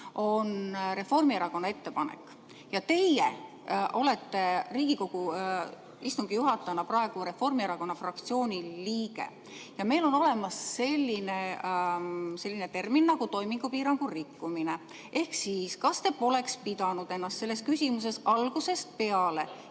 on Reformierakonna ettepanek ja teie Riigikogu istungi juhatajana olete Reformierakonna fraktsiooni liige. Meil on olemas selline termin nagu "toimingupiirangu rikkumine". Ehk siis, kas te poleks pidanud ennast selles küsimuses algusest peale